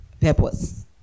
purpose